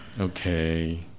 okay